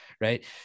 right